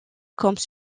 comme